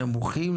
נמוכים?